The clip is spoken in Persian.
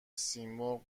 سیمرغ